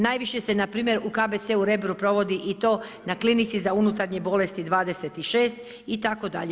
Najviše se npr. u KBC-u Rebro provodi i to na klinici za unutarnje bolesti 26 itd.